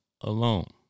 alone